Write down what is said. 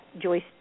Joyce